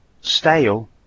stale